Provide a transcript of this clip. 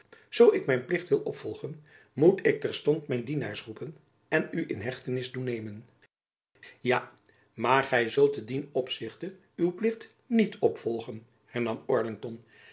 zoo ik mijn plicht wil opvolgen moet ik terstond mijn dienaars roepen en u in hechtenis doen nemen ja maar gy zult te dien opzichte uw plicht niet opvolgen hernam arlington